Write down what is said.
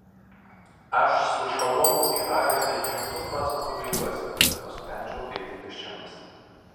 aš sušalau į ragą ir šimtu procentų gailiuosi kad nusprendžiau eiti pėsčiomis